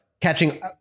catching